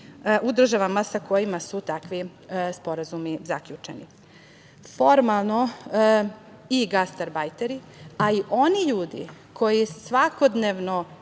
u državama sa kojima su takvi sporazumi zaključeni. Formalno, i gastarbajteri, a i oni ljudi koji svakodnevno